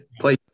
play